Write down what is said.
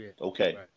okay